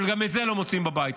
אבל גם את זה לא מוצאים בבית הזה.